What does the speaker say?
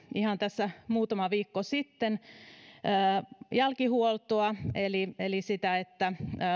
ihan tässä muutama viikko sitten jälkihuoltoa eli sitä että